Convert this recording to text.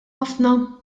ħafna